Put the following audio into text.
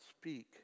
speak